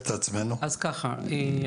כמו שציינת קודם כשהיו לך כאבי חזה,